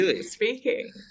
speaking